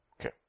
Okay